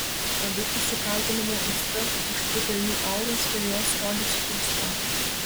abipusių kaltinimų aistra išpūtė jų auras ir jos rodėsi tuoj sprogs